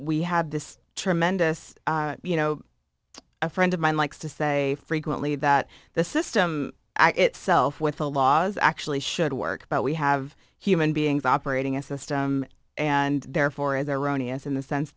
we have this tremendous you know a friend of mine likes to say frequently that the system itself with the laws actually should work but we have human beings operating a system and therefore is there only as in the sense